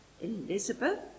Elizabeth